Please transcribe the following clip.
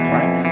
right